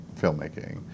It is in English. filmmaking